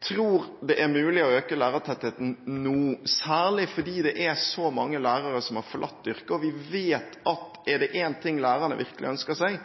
tror at det er mulig å øke lærertettheten nå, særlig fordi det er så mange lærere som har forlatt yrket. Vi vet at er det én ting lærerne virkelig ønsker seg,